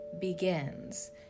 begins